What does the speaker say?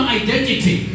identity